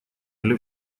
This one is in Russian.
для